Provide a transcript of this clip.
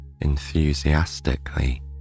enthusiastically